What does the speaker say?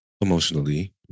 emotionally